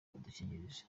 udukingirizo